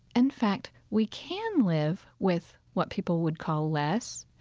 in fact, we can live with what people would call less.